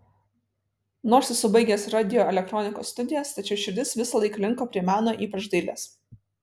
nors esu baigęs radioelektronikos studijas tačiau širdis visąlaik linko prie meno ypač dailės